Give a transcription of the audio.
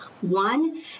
One